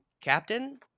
Captain